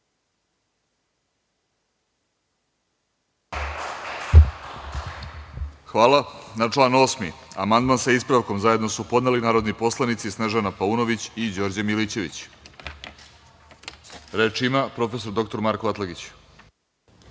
Hvala. Na član 8. amandman, sa ispravkom, zajedno su podneli narodni poslanici Snežana Paunović i Đorđe Milićević. Reč ima prof. dr Marko Atlagić.